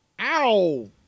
Ow